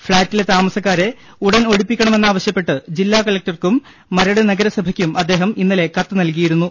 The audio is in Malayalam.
ഫ്ളാറ്റിലെ താമസ ക്കാരെ ഉടൻ ഒഴിപ്പിക്കണമെന്നാവശ്യപ്പെട്ട് ജില്ലാകലക്ടർക്കും മരട് നഗരസഭയ്ക്കും അദ്ദേഹം ഇന്നലെ കത്ത് നൽകിയിരുന്നു